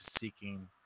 seeking